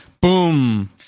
Boom